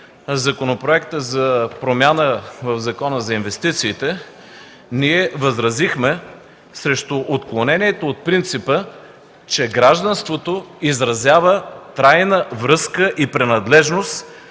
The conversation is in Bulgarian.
законопроектът за промяна в Закона за инвестициите, ние възразихме срещу отклонението от принципа, че гражданството изразява трайна връзка и принадлежност